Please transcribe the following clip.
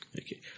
Okay